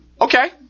Okay